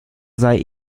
sei